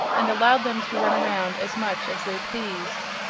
and allowed them to run around as much as they pleased.